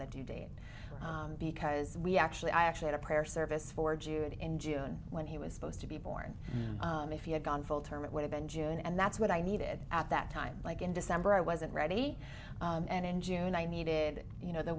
due date because we actually i actually had a prayer service for jude in june when he was supposed to be born if you had gone full term it would have been june and that's what i needed at that time like in december i wasn't ready and in june i needed you know the